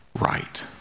right